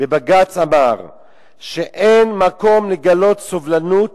בבג"ץ אמר ש"אין מקום לגלות סובלנות